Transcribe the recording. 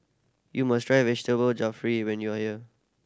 you must try Vegetable Jalfrezi when you are here